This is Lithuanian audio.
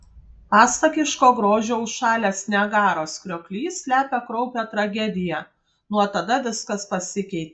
pasakiško grožio užšalęs niagaros krioklys slepia kraupią tragediją nuo tada viskas pasikeitė